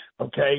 okay